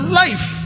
life